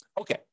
Okay